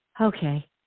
okay